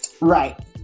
right